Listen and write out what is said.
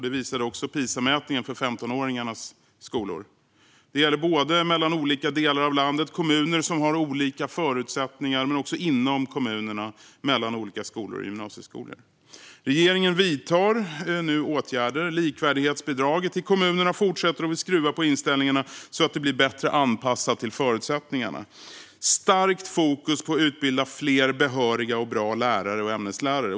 Det visade också PISA-mätningen för 15-åringarnas skolor. Det gäller mellan olika delar av landet med kommuner som har olika förutsättningar men också inom kommunerna, mellan olika skolor och gymnasieskolor. Regeringen vidtar nu åtgärder. Likvärdighetsbidraget till kommunerna fortsätter, och vi skruvar på inställningarna så att det blir bättre anpassat till förutsättningarna. Vi ska ha ett starkt fokus på att utbilda fler behöriga och bra lärare och ämneslärare.